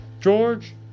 George